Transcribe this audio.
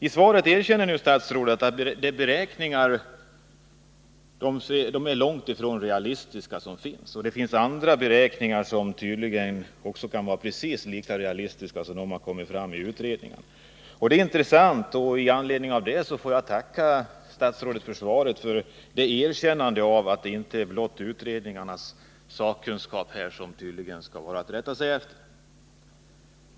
I svaret erkänner nu statsrådet att dessa beräkningar är långt ifrån säkra och att det finns andra beräkningar som tydligen kan vara precis lika realistiska som utredningens. Detta är intressant, och det ger mig anledning att tacka statsrådet för hans erkännande av att det tydligen inte blott är utredningarnas sakkunskap vi har att rätta oss efter.